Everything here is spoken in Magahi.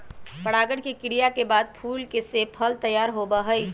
परागण के क्रिया के बाद फूल से फल तैयार होबा हई